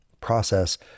process